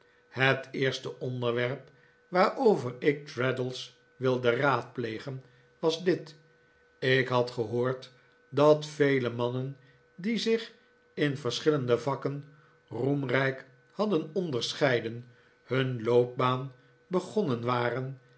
het eerste onderwerp waarover ik traddles wilde raadplegen was dit ik had gehoprd dat vele mannen die zich in verschillende vakken roemrijk hadden onderscheiden hun loopbaan begonnen waren